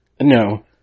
No